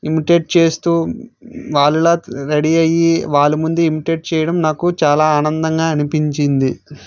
imitate చేస్తు వాళ్ళలాగా ready అయి వాళ్ళ ముందే ఇమిటేట్ చేయడం నాకు చాలా ఆనందంగా అనిపించింది